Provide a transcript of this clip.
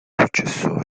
successore